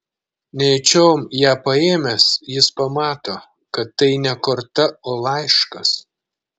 nejučiom ją paėmęs jis pamato kad tai ne korta o laiškas